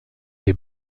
des